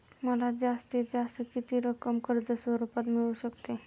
मला जास्तीत जास्त किती रक्कम कर्ज स्वरूपात मिळू शकते?